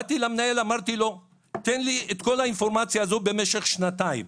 באתי למנהל וביקשתי את כל האינפורמציה הזו במשך שנתיים,